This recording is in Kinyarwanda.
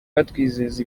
batwizeza